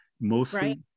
mostly